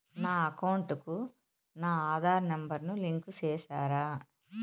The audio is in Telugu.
నా అకౌంట్ కు నా ఆధార్ నెంబర్ ను లింకు చేసారా